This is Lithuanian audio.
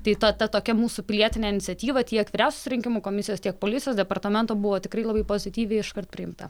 tai ta ta tokia mūsų pilietinė iniciatyva tiek vyriausiosios rinkimų komisijos tiek policijos departamento buvo tikrai labai pozityviai iškart priimta